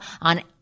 on